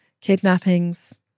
kidnappings